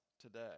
today